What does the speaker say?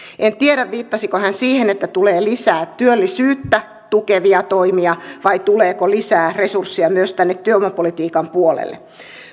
en tiedä viittasiko hän siihen että tulee lisää työllisyyttä tukevia toimia vai tuleeko lisää resursseja myös tänne työvoimapolitiikan puolelle